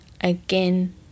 Again